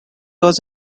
was